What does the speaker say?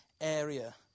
area